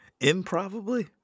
Improbably